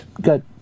Good